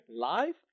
live